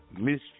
Miss